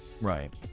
right